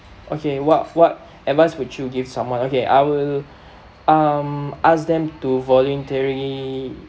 okay what what advice would you give someone okay I will um ask them to voluntary